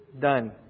done